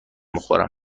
بخورم